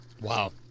Wow